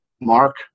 Mark